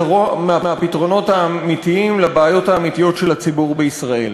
ומהפתרונות האמיתיים לבעיות האמיתיות של הציבור בישראל.